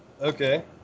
Okay